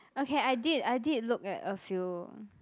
okay I did I did look at a few